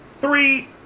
Three